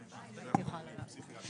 מתוך ההבנה של החשיבות לזה מערכת,